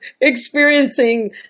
experiencing